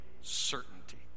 certainty